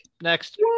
Next